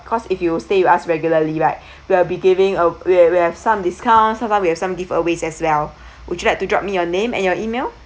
cause if you stay with us regularly right we'll be giving uh we ha~ we have some discounts sometimes we have some give aways as well would you like to drop me your name and your email